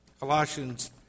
Colossians